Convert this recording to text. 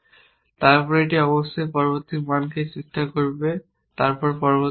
তারপর এটি অবশ্যই পরবর্তী মানটি চেষ্টা করবে তারপর পরবর্তী মানটি